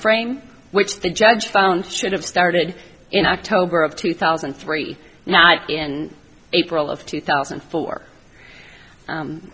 frame which the judge found should have started in october of two thousand and three now in april of two thousand and four